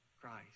Christ